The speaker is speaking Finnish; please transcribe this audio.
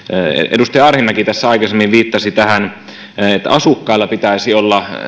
edustaja arhinmäki tässä aikaisemmin viittasi tähän että asukkailla pitäisi olla